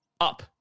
up